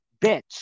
bitch